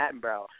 Attenborough